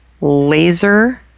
laser